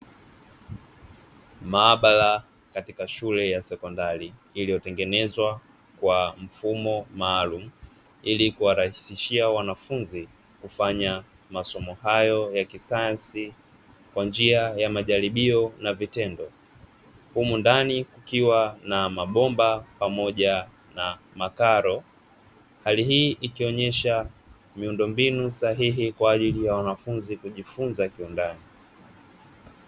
Maabara katika shule ya sekondari iliyotengenezwa kwa mfumo maalum ili kuwarahisishia wanafunzi kufanya masomo hayo ya kisayansi kwa njia ya majaribio na vitendo. Humu ndani kukiwa na mabomba pamoja na makaro. Hali hii ikionyesha miundombinu sahihi kwa ajili ya wanafunzi kujifunza kiundani.